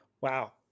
Wow